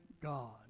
God